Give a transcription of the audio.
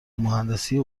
مهندسی